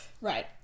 right